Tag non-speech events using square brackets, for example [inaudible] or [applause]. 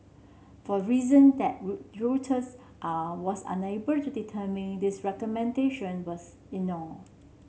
for reason that [unintelligible] Reuters are was unable to determine these recommendation was [unintelligible]